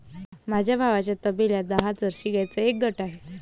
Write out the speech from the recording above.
माझ्या भावाच्या तबेल्यात दहा जर्सी गाईंचा एक गट आहे